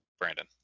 Brandon